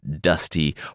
dusty